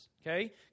okay